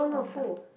all of the